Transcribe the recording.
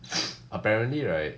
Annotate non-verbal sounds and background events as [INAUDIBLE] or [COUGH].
[BREATH] apparently right